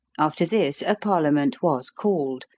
after this a parliament was called,